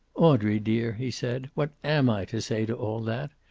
audrey dear, he said, what am i to say to all that?